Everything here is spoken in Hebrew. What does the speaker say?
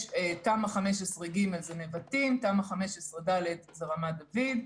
יש תמ"א 15 ג זה נבטים, ויש תמ"א 15 ד זה רמת דוד,